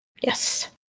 Yes